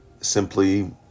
simply